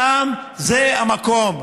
שם, זה המקום,